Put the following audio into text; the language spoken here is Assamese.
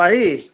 পাৰি